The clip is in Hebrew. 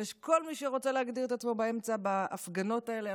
ויש כל מי שרוצה להגדיר את עצמו באמצע בהפגנות האלה.